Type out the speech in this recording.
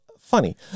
funny